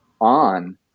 on